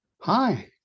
hi